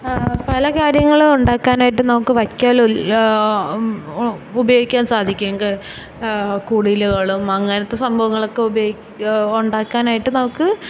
പലകാര്യങ്ങളും ഉണ്ടാക്കാനായിട്ട് നമുക്ക് വൈക്കോൽ ഉപയോഗിക്കാന് സാധിക്കും കുടിലുകളും അങ്ങനത്തെ സംഭവങ്ങളൊക്കെ ഉണ്ടാക്കാനായിട്ട് നമുക്ക്